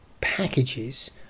Packages